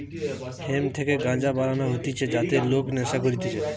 hemp থেকে গাঞ্জা বানানো হতিছে যাতে লোক নেশা করতিছে